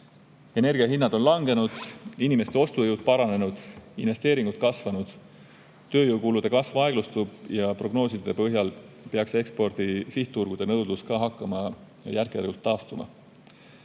Energia hinnad on langenud, inimeste ostujõud paranenud, investeeringud kasvanud, tööjõukulude kasv aeglustub ja prognooside järgi peaks ekspordi sihtturgude nõudlus hakkama järk-järgult taastuma.